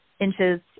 inches